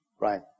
Right